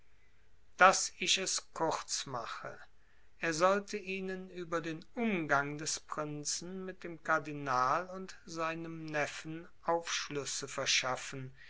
daß ich es kurz mache er sollte ihnen über den umgang des prinzen mit dem kardinal und seinem neffen aufschlüsse verschaffen